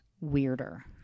weirder